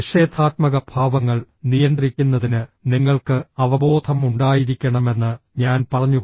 നിഷേധാത്മക ഭാവങ്ങൾ നിയന്ത്രിക്കുന്നതിന് നിങ്ങൾക്ക് അവബോധം ഉണ്ടായിരിക്കണമെന്ന് ഞാൻ പറഞ്ഞു